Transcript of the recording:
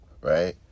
right